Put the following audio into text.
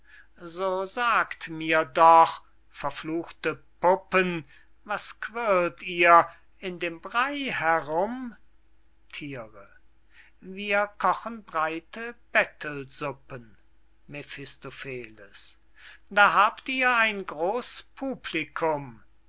so sagt mir doch verfluchte puppen was quirlt ihr in dem brey herum wir kochen breite bettelsuppen mephistopheles da habt ihr ein